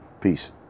Peace